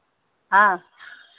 हाँ